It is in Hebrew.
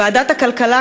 ועדת הכלכלה,